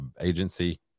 agency